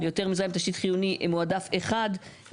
יותר מזה תשתית חיוני מועדף אחד.